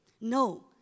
No